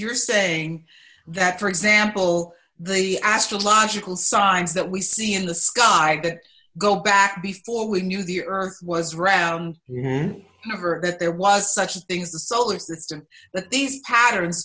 you're saying that for example the astrological signs that we see in the sky that go back before we knew the earth was round here never that there was such a thing as the solar system but these pattern